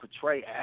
portray